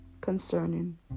concerning